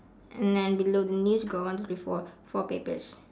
and then below the news got one with four four papers